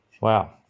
Wow